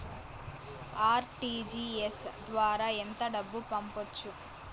RTGS ద్వారా ఎంత డబ్బు పంపొచ్చు?